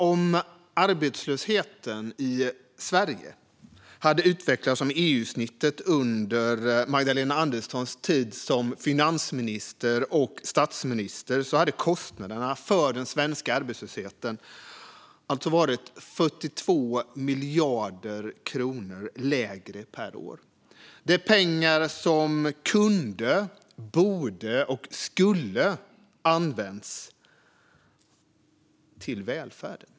Om arbetslösheten i Sverige hade utvecklats som EU-snittet under Magdalena Anderssons tid som finansminister och statsminister hade kostnaderna för den svenska arbetslösheten alltså varit 42 miljarder kronor lägre per år. Det är pengar som kunde, borde och skulle ha använts till välfärden.